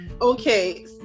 Okay